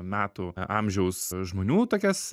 metų amžiaus žmonių tokias